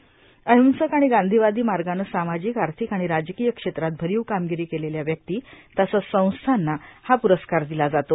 र्आहंसक आर्गाण गांधीवादो मागानं सामाजिक आर्थिक आर्थिक राजकांय क्षेत्रात भरांव कार्मागरा केलेल्या व्यक्ती तसंच संस्थांना हा पुरस्कार दिला जातो